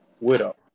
widow